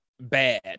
bad